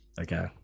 Okay